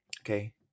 Okay